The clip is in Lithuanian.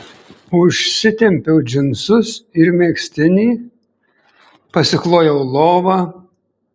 užsitempiau džinsus ir megztinį pasiklojau lovą